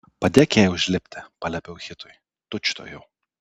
padėk jai užlipti paliepiau hitui tučtuojau